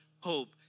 Hope